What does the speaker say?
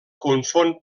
confon